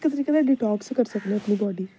इक तरीके कन्नै डिटोकस करी सकने अपनी बाड्डी